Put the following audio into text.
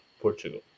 Portugal